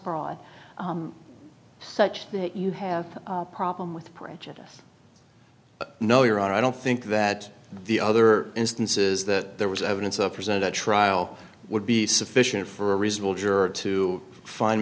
fraud such that you have a problem with prejudice no your honor i don't think that the other instances that there was evidence of presented at trial would be sufficient for a reasonable juror to find